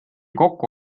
kokku